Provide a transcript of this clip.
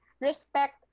respect